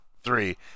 three